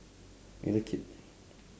you like it